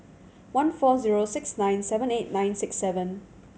one four zero six nine seven eight nine six seven